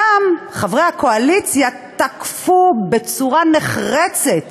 שם, חברי הקואליציה תקפו בצורה נחרצת